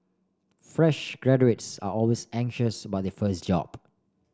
fresh graduates are always anxious about the first job